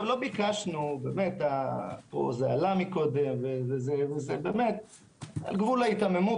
עלה מקודם וזה באמת על גבול ההיתממות